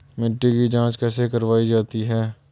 मिट्टी की जाँच कैसे करवायी जाती है?